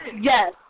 Yes